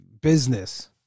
business